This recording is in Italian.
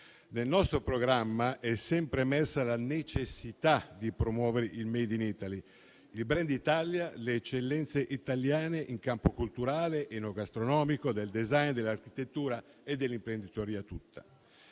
Nel nostro programma è sempre messa la necessità di promuovere il *made in Italy*, il *brand* Italia, le eccellenze italiane in campo culturale, enogastronomico, del *design*, dell'architettura e dell'imprenditoria tutta.